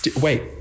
Wait